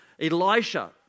Elisha